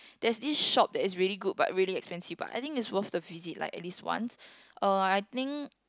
there's this shop that is really good but really expensive but I think is worth the visit like at least once uh I think